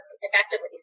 effectively